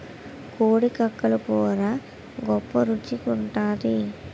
కోడి కక్కలు కూర గొప్ప రుచి గుంటాది